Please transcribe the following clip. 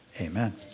amen